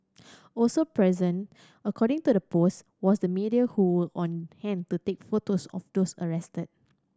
also present according to the post was the media who on hand to take photos of those arrested